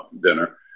dinner